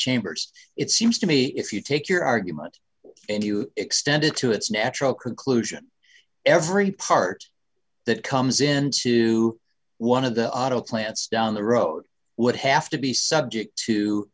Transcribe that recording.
chambers it seems to me if you take your argument and you extend it to its natural conclusion every part that comes in to one of the auto plants down the road would have to be subject to